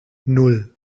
nan